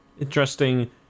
Interesting